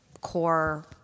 core